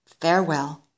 farewell